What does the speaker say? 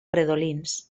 redolins